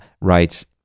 writes